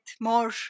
more